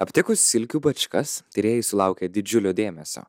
aptikus silkių bačkas tyrėjai sulaukė didžiulio dėmesio